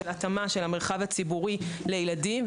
של התאמה של המרחב הציבורי לילדים,